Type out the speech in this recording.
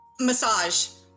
Massage